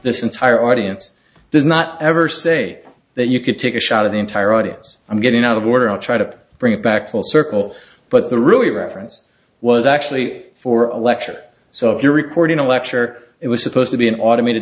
this entire audience does not ever say that you could take a shot of the entire audience i'm getting out of order i'll try to bring it back full circle but the really reference was actually for a lecture so if you're recording a lecture it was supposed to be an automated